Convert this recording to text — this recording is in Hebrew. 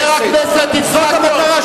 חבר הכנסת יצחק כהן,